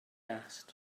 asked